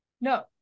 no